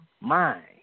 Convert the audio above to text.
mind